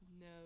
no